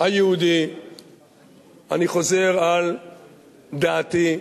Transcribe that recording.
היהודי אני חוזר על דעתי,